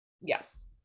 Yes